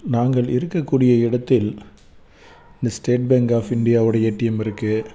நாங்கள் இருக்கக்கூடிய இடத்தில் இந்த ஸ்டேட் பேங்க் ஆஃப் இண்டியா உடைய ஏடிஎம் இருக்கு